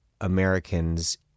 Americans